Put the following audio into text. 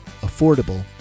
affordable